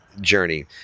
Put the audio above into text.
journey